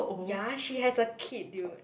ya she has a kid dude